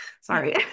Sorry